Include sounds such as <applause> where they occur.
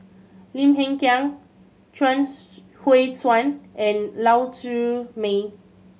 Lim Hng Kiang Chuang <unintelligible> Hui Tsuan and Lau Siew Mei